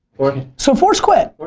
so force quit.